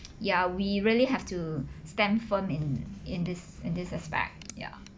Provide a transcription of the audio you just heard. ya we really have to stand firm in in this in this aspect ya